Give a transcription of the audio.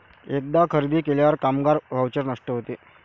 एकदा खरेदी केल्यावर कामगार व्हाउचर नष्ट होते